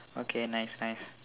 okay nice nice